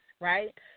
right